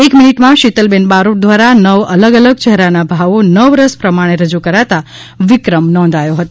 એક મિનિટમાં શીતલબેન બારોટ દ્વારા નવ અલગ અલગ ચહેરાના ભાવો નવ રસ પ્રમાણે રજૂ કરાતા વિક્રમ નોંધાયો હતો